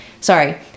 Sorry